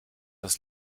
das